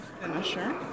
finisher